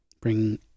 bring